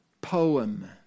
poem